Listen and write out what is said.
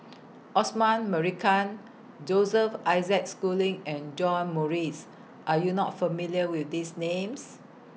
Osman Merican Joseph Isaac Schooling and John Morrice Are YOU not familiar with These Names